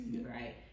right